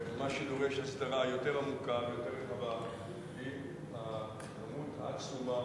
מה שדורש הסדרה יותר עמוקה ויותר רחבה הוא הכמות העצומה,